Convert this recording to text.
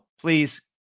please